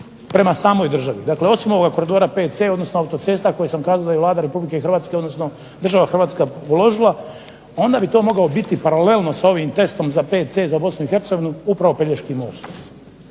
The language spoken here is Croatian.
prema samoj državi, dakle osim ovoga koridora VC, odnosno autocesta koje sam kazao …/Ne razumije se./… Vlada Republike Hrvatske, odnosno država Hrvatska uložila, onda bi to mogao biti paralelno sa ovim testom za VC za Bosnu i Hercegovinu upravo pelješki most.